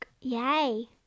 Yay